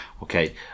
Okay